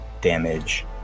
damage